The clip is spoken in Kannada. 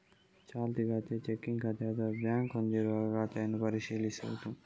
ಚಾಲ್ತಿ ಖಾತೆ, ಚೆಕ್ಕಿಂಗ್ ಖಾತೆ ಅಥವಾ ಬ್ಯಾಂಕ್ ಹೊಂದಿರುವಾಗ ಖಾತೆಯನ್ನು ಪರಿಶೀಲಿಸುವುದು